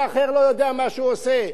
ואחר לא יודע מה שהוא עושה.